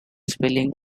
spelling